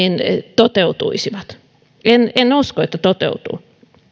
toteutuisivat en en usko että toteutuvat